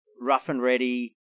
rough-and-ready